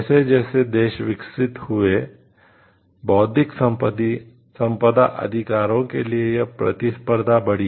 जैसे जैसे देश विकसित हुआ बौद्धिक संपदा अधिकारों के लिए यह प्रतिस्पर्धा बढ़ी